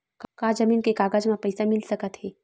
का जमीन के कागज म पईसा मिल सकत हे?